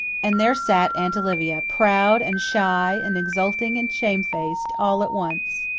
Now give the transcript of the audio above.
and there sat aunt olivia, proud and shy and exulting and shamefaced, all at once!